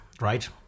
right